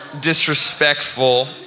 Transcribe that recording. disrespectful